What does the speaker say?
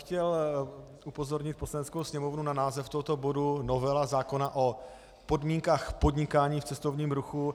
Chtěl bych upozornit Poslaneckou sněmovnu na název tohoto bodu novela zákona o podmínkách podnikání v cestovním ruchu.